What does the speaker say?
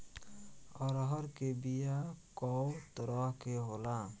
अरहर के बिया कौ तरह के होला?